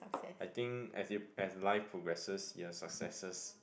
I think as it as life progresses your successes